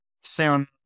sound